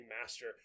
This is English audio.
master